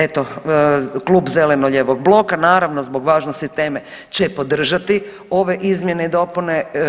Eto klub Zeleno-lijevog bloka naravno zbog važnosti teme će podržati ove izmjene i dopune.